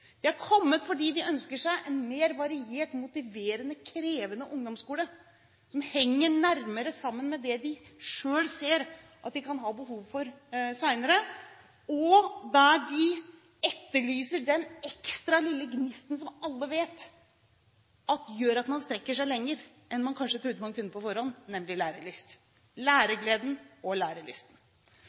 de overlever. De har kommet fordi de ønsker seg en mer variert, motiverende, krevende ungdomsskole som henger nærmere sammen med det de selv ser at de kan ha behov for senere, og de etterlyser den ekstra lille gnisten som alle vet gjør at man strekker seg lenger enn man kanskje trodde man kunne på forhånd, nemlig læregleden og lærelysten.